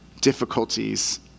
difficulties